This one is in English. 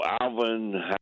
Alvin